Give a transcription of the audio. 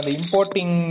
importing